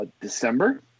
December